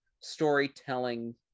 storytelling